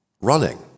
running